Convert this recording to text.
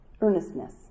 earnestness